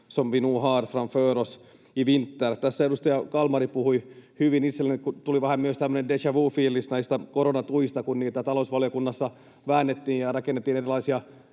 som vi nog har framför oss i vinter. Edustaja Kalmari puhui hyvin. Itselleni tuli myös vähän tämmöinen déjà-vu‑fiilis näistä koronatuista, kun niitä talousvaliokunnassa väännettiin ja rakennettiin erilaisia